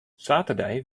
saterdei